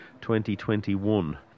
2021